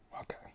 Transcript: Okay